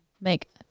Make